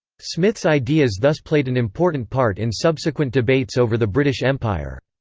smith's ideas thus played an important part in subsequent debates over the british empire.